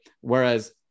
Whereas